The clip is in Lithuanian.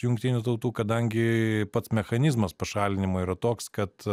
jungtinių tautų kadangi pats mechanizmas pašalinimo yra toks kad